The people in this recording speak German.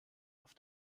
auf